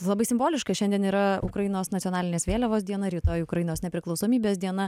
labai simboliška šiandien yra ukrainos nacionalinės vėliavos diena rytoj ukrainos nepriklausomybės diena